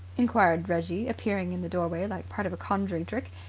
enquired reggie, appearing in the doorway like part of a conjuring trick,